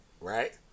right